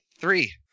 three